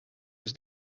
was